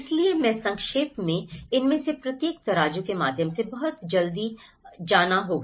इसलिए मैं संक्षेप में इनमें से प्रत्येक तराजू के माध्यम से बहुत जल्दी जाना होगा